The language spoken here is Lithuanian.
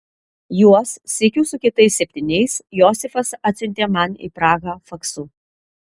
juos sykiu su kitais septyniais josifas atsiuntė man į prahą faksu